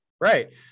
Right